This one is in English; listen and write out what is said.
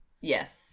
Yes